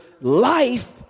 life